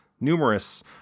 numerous